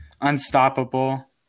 unstoppable